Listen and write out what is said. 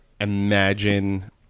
Imagine